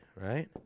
right